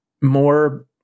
more